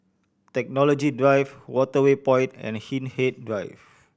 Technology Drive Waterway Point and Hindhede Drive